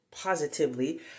Positively